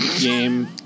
Game